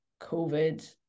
COVID